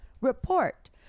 report